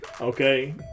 okay